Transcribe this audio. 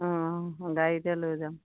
অঁ গাড়ীতে লৈ যাম